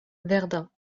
verdun